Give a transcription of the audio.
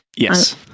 Yes